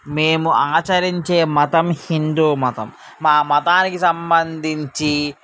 మేము ఆచరించే మతం హిందూ మతం మా మతానికి సంబంధించి